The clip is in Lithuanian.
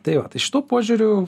tai va tai šituo požiūriu